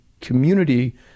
community